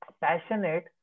passionate